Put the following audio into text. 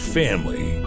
family